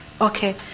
Okay